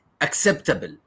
acceptable